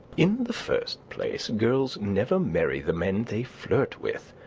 in the first place girls never marry the men they flirt with.